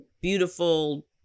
beautiful